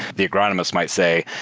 the agronomies might say,